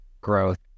growth